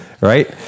Right